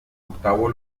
octavo